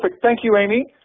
but thank you, amy.